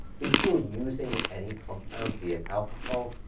if you're using any compound, be it alcohol,